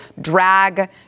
drag